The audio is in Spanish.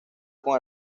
con